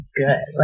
good